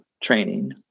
training